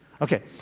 Okay